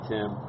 Tim